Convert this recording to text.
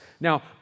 Now